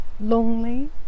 lonely